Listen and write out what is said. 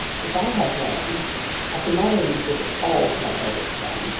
if i have land i can not only give it all to my eldest son,